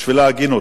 בשביל ההגינות.